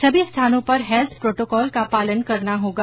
सभी स्थानों पर हैल्थ प्रोटोकॉल का पालन करना होगा